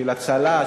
של הצלה,